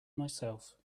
myself